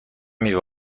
میوه